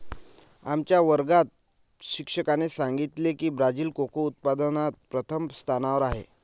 आमच्या वर्गात शिक्षकाने सांगितले की ब्राझील कोको उत्पादनात प्रथम स्थानावर आहे